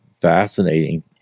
fascinating